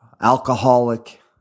alcoholic